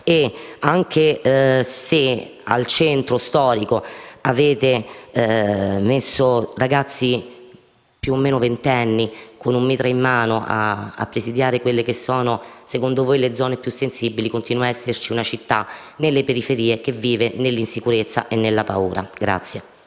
Anche se nel centro storico avete messo ragazzi, più o meno ventenni, con un mitra in mano a presidiare quelle che secondo voi sono le zone più sensibili, continua a esserci una città che, nelle sue periferie, vive nell'insicurezza e nella paura.